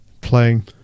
playing